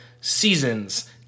seasons